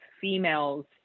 females